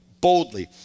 boldly